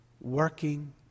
working